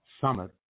Summit